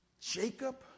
Jacob